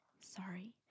Sorry